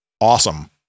awesome